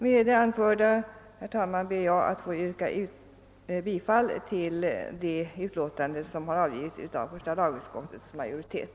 Med det anförda, herr talman, ber jag att få yrka bifall till den hemställan som har avgivits av första lagutskottets majoritet.